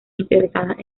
interesadas